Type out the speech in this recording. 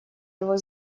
его